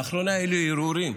לאחרונה היו לי הרהורים,